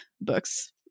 books